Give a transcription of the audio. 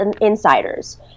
insiders